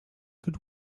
good